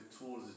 tools